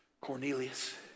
Cornelius